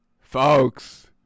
folks